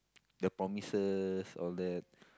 the promises all that